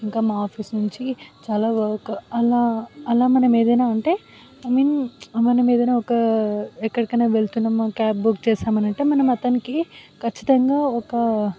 ఇంకా మా ఆఫీస్ నుంచి చాలా వర్క్ అలా అలా మనం ఏదైనా అంటే ఐ మీన్ మనం ఏదైనా ఒక ఎక్కడికైనా వెళుతున్నాము క్యాబ్ బుక్ చేసాము అని అంటే మనం అతనికి ఖచ్చితంగా ఒక